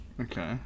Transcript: Okay